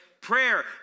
Prayer